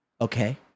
Okay